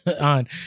on